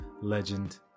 legend